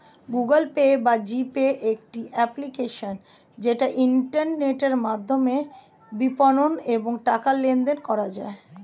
Google Pay বা G Pay একটি application যেটা ইন্টারনেটের মাধ্যমে বিপণন এবং টাকা লেনদেন করা যায়